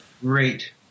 Great